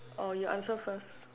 or you answer first